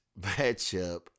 matchup